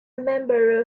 member